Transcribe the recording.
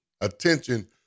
attention